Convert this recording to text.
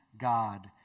God